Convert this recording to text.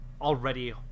already